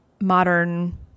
modern